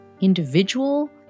individual